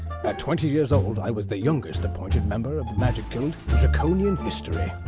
at twenty years old, i was the youngest appointed member of the magic guild in draconian history.